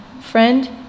friend